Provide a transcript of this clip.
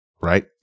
Right